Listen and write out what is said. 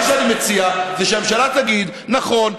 מה שאני מציע זה שהממשלה תגיד: נכון,